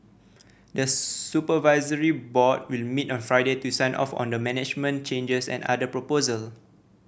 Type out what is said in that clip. the supervisory board will meet on Friday to sign off on the management changes and other proposal